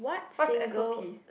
what's the s_o_p